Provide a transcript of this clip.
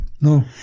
No